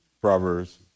Proverbs